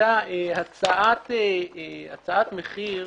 היתה הצעת מחיר,